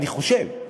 אני חושב.